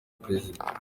perezida